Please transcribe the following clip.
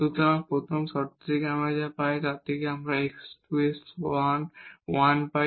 সুতরাং এই প্রথম শর্ত থেকে আমরা যা পাই তা থেকে আমরা x2 এর সমান 1 পাই